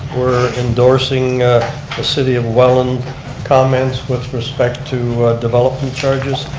we're endorsing the city of welland's comments with respect to development charges.